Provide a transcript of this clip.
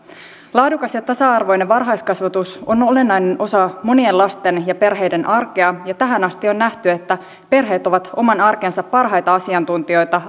laadukas ja tasa arvoinen varhaiskasvatus on olennainen osa monien lasten ja perheiden arkea ja tähän asti on nähty että perheet ovat oman arkensa parhaita asiantuntijoita